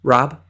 Rob